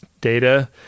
data